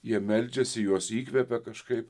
jie meldžiasi juos įkvepia kažkaip